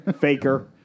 Faker